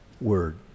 word